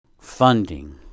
funding